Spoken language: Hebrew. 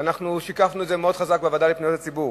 ואנחנו שיקפנו את זה מאוד חזק בוועדה לפניות הציבור.